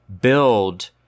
build